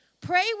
pray